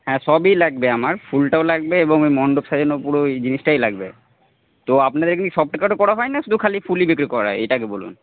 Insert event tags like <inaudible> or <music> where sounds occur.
হ্যাঁ সবই লাগবে আমার ফুলটাও লাগবে এবং ওই মণ্ডপ সাজানো পুরো ওই জিনিসটাই লাগবে তো আপনাদের কি <unintelligible> করা হয় না শুধু খালি ফুলই বিক্রি করা হয় এটা আগে বলুন